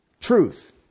Truth